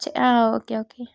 ah okay okay